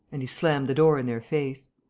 and he slammed the door in their face.